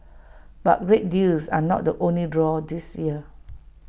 but great deals are not the only draw this year